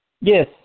Yes